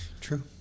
True